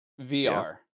VR